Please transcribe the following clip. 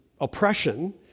oppression